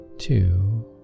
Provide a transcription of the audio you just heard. Two